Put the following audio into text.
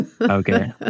Okay